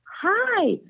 hi